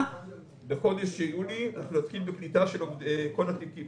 בחודש יולי נתחיל בקליטה של כל התיקים.